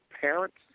parents